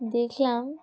দেখলাম